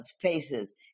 faces